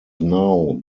now